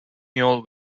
mule